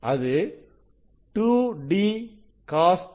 அது 2dcosƟ